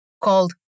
called